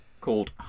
called